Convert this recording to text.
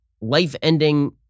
life-ending